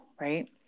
Right